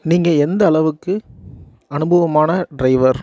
நீங்கள் எந்த அளவுக்கு அனுபவமான ட்ரைவர்